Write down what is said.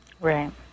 Right